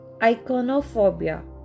iconophobia